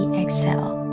exhale